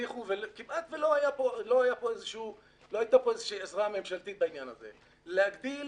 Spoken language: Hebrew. הצליחו וכמעט ולא הייתה פה איזושהי עזרה ממשלתית בעניין הזה להגדיל